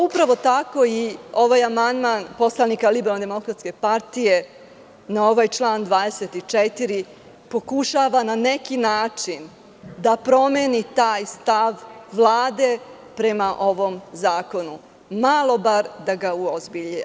Upravo tako i ovaj amandman poslanika LDP na ovaj član 24. pokušava na neki način da promeni taj stav Vlade prema ovom zakonu, malo bar da ga uozbilje.